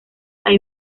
hay